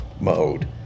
mode